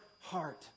heart